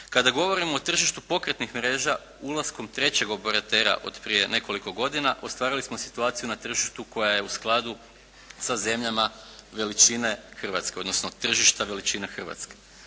Kada govorimo o tržištu pokretnih mreža ulaskom trećeg operatera od prije nekoliko godina ostvarili smo situaciju na tržištu koja je u skladu sa zemljama veličine Hrvatske odnosno tržišta veličine Hrvatske.